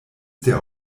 der